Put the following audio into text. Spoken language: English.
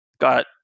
got